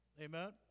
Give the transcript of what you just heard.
Amen